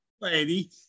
lady